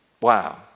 wow